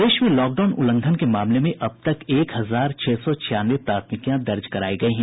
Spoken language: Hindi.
प्रदेश में लॉकडाउन उल्लंघन के मामले में अब तक एक हजार छह सौ छियानवे प्राथमिकियां दर्ज करायी गयी हैं